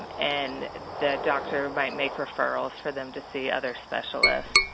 and and the doctor might make referrals for them to see other specialists.